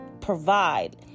provide